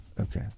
Okay